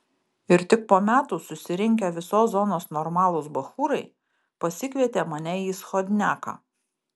ir tik po metų susirinkę visos zonos normalūs bachūrai pasikvietė mane į schodniaką